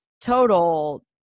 total